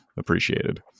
appreciated